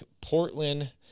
Portland